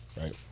right